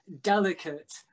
delicate